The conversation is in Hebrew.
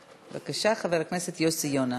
בבקשה, חבר הכנסת יוסי יונה.